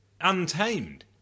Untamed